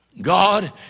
God